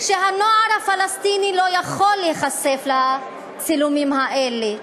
שהנוער הפלסטיני לא יכול להיחשף לצילומים האלה,